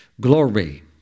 Glory